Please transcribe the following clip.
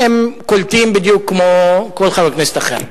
קולטים בדיוק כמו כל חבר כנסת אחר.